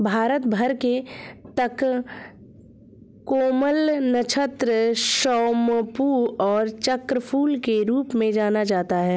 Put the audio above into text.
भारत भर में तककोलम, नक्षत्र सोमपू और चक्रफूल के रूप में जाना जाता है